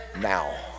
now